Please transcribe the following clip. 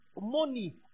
money